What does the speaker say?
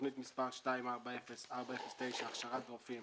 תוכנית מספר 240409, הכשרת רופאים